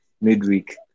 midweek